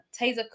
Taser